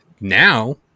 now